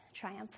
triumph